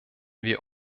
wir